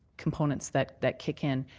components that that kick in.